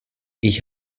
ich